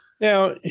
Now